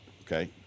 okay